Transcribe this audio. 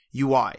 UI